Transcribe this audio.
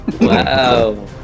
wow